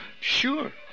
Sure